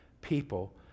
people